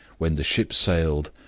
when the ship sailed,